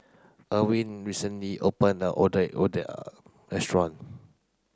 recently opened a otak restaurant